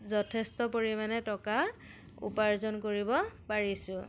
যথেষ্ট পৰিমাণে টকা উপাৰ্জন কৰিব পাৰিছোঁ